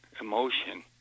emotion